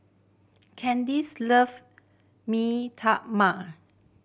Candyce love Mee Tai Mak